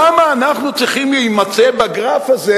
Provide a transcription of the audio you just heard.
למה אנחנו צריכים להימצא בגרף הזה?